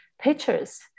pictures